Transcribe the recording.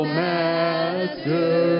master